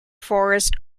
forest